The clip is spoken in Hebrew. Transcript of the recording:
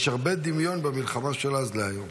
יש הרבה דמיון בבין הלחמה של אז להיום.